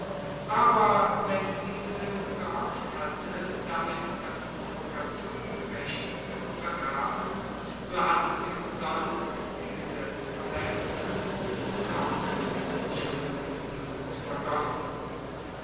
aber wenn diese gehofft hatte damit das provokationsrecht zu untergraben so hatte sie umsonst die gesetze verletzt und umsonst unschuldiges blut vergossen